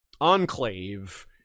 enclave